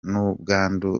n’ubwandu